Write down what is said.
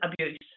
abuse